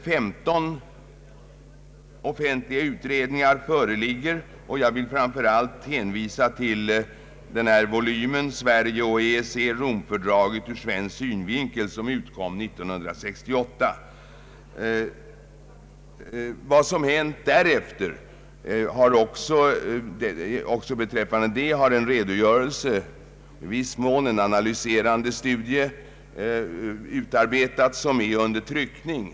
15 offentliga utredningar föreligger. Jag vill framför allt hänvisa till volymen Sverige och EEC-—Romfördraget ur svensk synvinkel, som utkom 1968. Även beträffande vad som hänt därefter har en redogörelse — i viss mån en analyserande studie — utarbetats. Den är under tryckning.